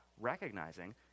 recognizing